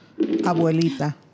Abuelita